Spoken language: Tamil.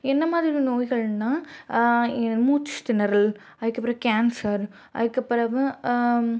என்ன மாதிரி நோய்கள்னால் மூச்சு திணறல் அதுக்கு அப்புறம் கேன்சர் அதுக்கு பிறவு